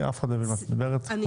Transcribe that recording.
אף אחד לא יבין על מה את מדברת חוץ